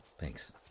thanks